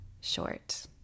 short